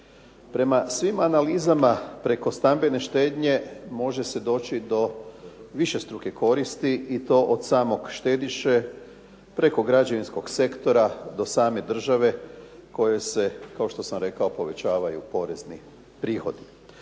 Prema svim analizama preko stambene štednje može se doći do višestruke koristi i to od samog štediše preko građevinskog sektora do same države kao što sam rekao povećavaju porezni prihodi.